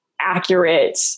accurate